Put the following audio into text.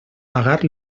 pagar